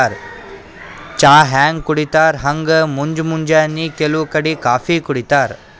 ಚಾ ಹ್ಯಾಂಗ್ ಕುಡಿತರ್ ಹಂಗ್ ಮುಂಜ್ ಮುಂಜಾನಿ ಕೆಲವ್ ಕಡಿ ಕಾಫೀ ಕುಡಿತಾರ್